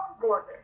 border